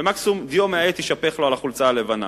ומקסימום דיו מהעט יישפך לו על החולצה הלבנה.